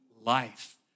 life